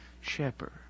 shepherd